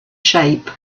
shape